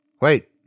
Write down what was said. wait